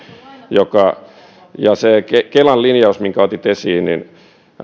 joka ja sen kelan linjauksen otitte esiin